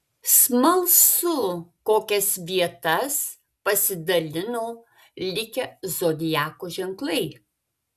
smalsu kokias vietas pasidalino likę zodiako ženklai